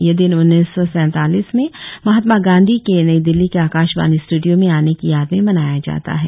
यह दिन उन्नीस सौ सैंतालीस में महात्मा गांधी के नई दिल्ली के आकाशवाणी स्टूडियो में आने की याद में मनाया जाता है